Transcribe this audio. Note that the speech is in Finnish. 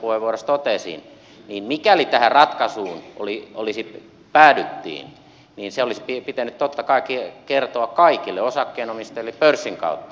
niin kuin jo aikaisemmassa puheenvuorossa totesin kun tähän ratkaisuun päädyttiin se olisi pitänyt totta kai kertoa kaikille osakkeenomistajille pörssin kautta